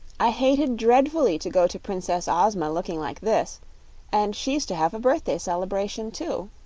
i hated dreadfully to go to princess ozma looking like this and she's to have a birthday celebration, too.